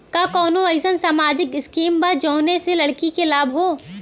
का कौनौ अईसन सामाजिक स्किम बा जौने से लड़की के लाभ हो?